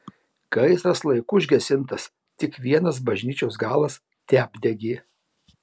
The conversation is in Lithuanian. gaisras laiku užgesintas tik vienas bažnyčios galas teapdegė